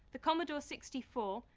the commodore sixty four.